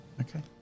Okay